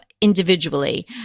individually